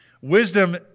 Wisdom